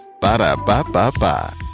Ba-da-ba-ba-ba